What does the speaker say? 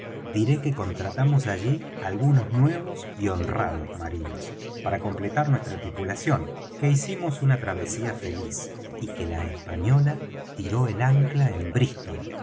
diré que contratamos allí algunos nuevos y honrados marinos para completar nuestra tripulación que hicimos una travesía feliz y que la española tiró el ancla en brístol